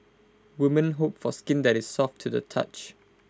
women hope for skin that is soft to the touch